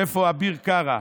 ואיפה אביר קארה?